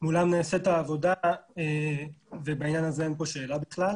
מולם נעשית העבודה ובעניין הזה אין פה שאלה בכלל,